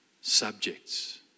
subjects